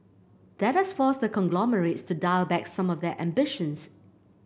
that has forced the conglomerates to dial back some of their ambitions